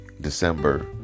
December